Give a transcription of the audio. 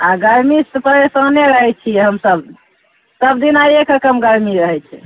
आ गर्मी सऽ परेसाने रहै छियै हम सब सब दिना एक रकम गर्मी रहै छै